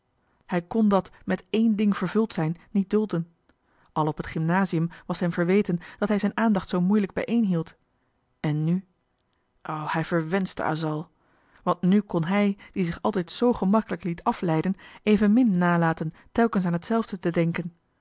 hij kon dat met één ding vervuld zijn niet dulden al op het gymnasium was hem verweten dat hij zijn aandacht zoo moeilijk bijeenhield en nu o hij verwenschte asal want nu kon hij die zich altijd z gemakkelijk liet afleiden evenmin nalaten telkens aan hetzelfde te denken